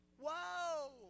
Whoa